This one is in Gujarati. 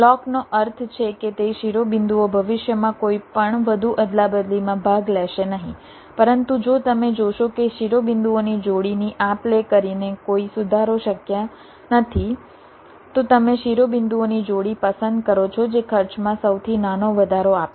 લોકનો અર્થ છે કે તે શિરોબિંદુઓ ભવિષ્યમાં કોઈપણ વધુ અદલાબદલીમાં ભાગ લેશે નહીં પરંતુ જો તમે જોશો કે શિરોબિંદુઓની જોડીની આપલે કરીને કોઈ સુધારો શક્ય નથી તો તમે શિરોબિંદુની જોડી પસંદ કરો છો જે ખર્ચમાં સૌથી નાનો વધારો આપે છે